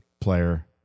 player –